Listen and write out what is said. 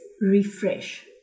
Refresh